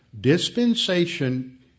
Dispensation